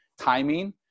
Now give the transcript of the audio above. Timing